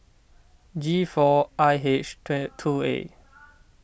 G four I H two A